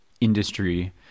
industry